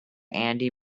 andy